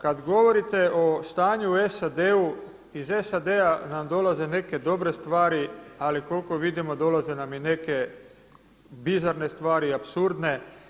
Kad govorite o stanju u SAD-u, iz SAD-a nam dolaze neke dobre stvari, ali koliko vidimo dolaze nam i neke bizarne stvari i apsurdne.